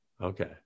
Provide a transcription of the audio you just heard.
Okay